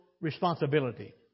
responsibility